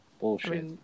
Bullshit